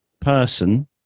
person